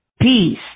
peace